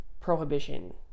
prohibition